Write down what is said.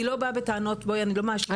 אני לא באה בטענות בואי אני גם אני לא מאשימה.